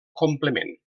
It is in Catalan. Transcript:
complement